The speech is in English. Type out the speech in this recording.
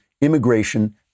immigration